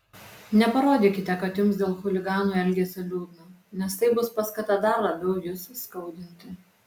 neparodykite kad jums dėl chuliganų elgesio liūdna nes tai bus paskata dar labiau jus skaudinti